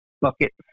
bucket